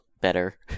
better